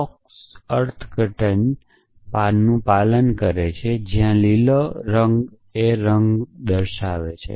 blocks અર્થઘટનનું પાલન કરે છે જ્યાં લીલો એ એક રંગ છે